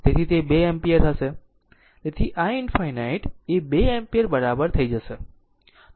તેથી i ∞ એ 2 ampere બરાબર છેથઈશ